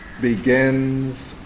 begins